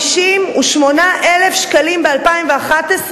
558,000 ב-2011,